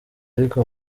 ariko